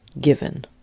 given